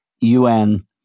UN